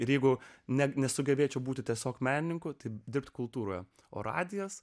jeigu net nesugebėčiau būti tiesiog menininku tai dirbti kultūrą o radijas